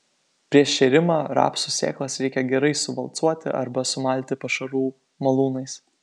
prieš šėrimą rapsų sėklas reikia gerai suvalcuoti arba sumalti pašarų malūnais